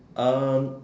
um